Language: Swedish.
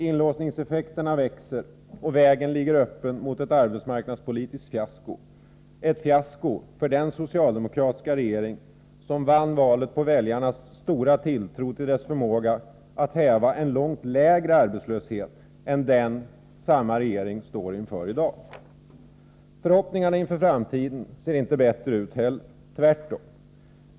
Inlåsningseffekterna växer, och vägen ligger öppen mot ett arbetsmarknadspolitiskt fiasko, ett fiasko för den socialdemokratiska regering som vann valet på väljarnas stora tilltro till dess förmåga att häva en långt mindre arbetslöshet än den samma regering står inför i dag. Förhoppningarna inför framtiden ser inte bättre ut heller, tvärtom.